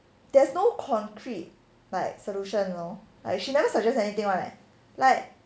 there's no concrete like solution you know like she never suggest anything one leh like